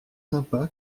sympa